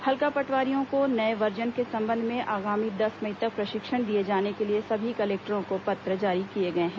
हल्का पटवारियों को नए वर्जन के संबंध में आगामी दस मई तक प्रशिक्षण दिए जाने के लिए सभी कलेक्टरों को पत्र जारी किए गए हैं